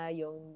yung